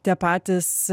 tie patys